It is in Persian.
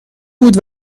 بود